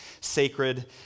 sacred